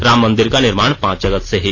राम मंदिर का निर्माण पांच अगस्त से ही